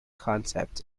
concept